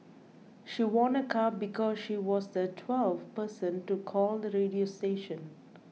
she won a car because she was the twelfth person to call the radio station